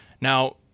Now